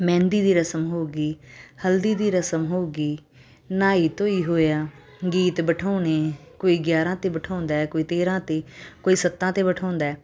ਮਹਿੰਦੀ ਦੀ ਰਸਮ ਹੋ ਗਈ ਹਲਦੀ ਦੀ ਰਸਮ ਹੋ ਗਈ ਨਹਾਈ ਧੋਈ ਹੋਇਆ ਗੀਤ ਬਿਠਾਉਣੇ ਕੋਈ ਗਿਆਰ੍ਹਾਂ 'ਤੇ ਬਿਠਾਉਂਦਾ ਕੋਈ ਤੇਰ੍ਹਾਂ 'ਤੇ ਕੋਈ ਸੱਤਾਂ 'ਤੇ ਬਿਠਾਉਂਦਾ